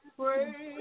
pray